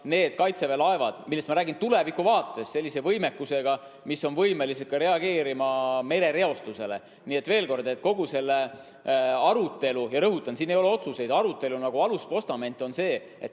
need kaitseväe laevad, millest ma räägin tulevikuvaates, sellise võimekusega, mis on võimelised reageerima ka merereostusele. Nii et veel kord, kogu selle arutelu – rõhutan, siin ei ole otsuseid – aluspostament on see, et